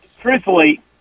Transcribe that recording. truthfully